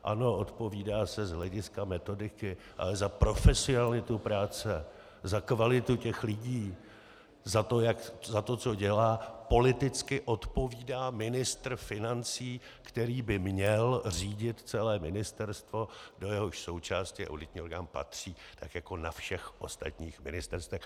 Ano, odpovídá se z hlediska metodiky, ale za profesionalitu práce, za kvalitu těch lidí, za to, co dělá, politicky odpovídá ministr financí, který by měl řídit celé ministerstvo, do jehož součásti auditní orgán patří, tak jako na všech ostatních ministerstvech.